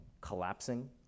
collapsing